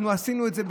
אנחנו עשינו את זה,